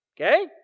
Okay